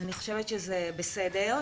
אני חושבת שזה בסדר.